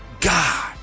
God